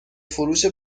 فروش